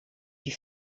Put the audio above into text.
die